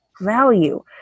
value